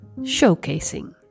Showcasing